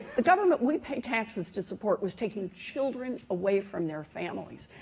the government we pay taxes to support, was taking children away from their families.